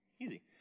Easy